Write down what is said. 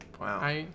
wow